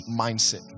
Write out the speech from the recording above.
mindset